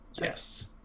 yes